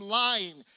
lying